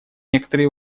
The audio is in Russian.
некоторые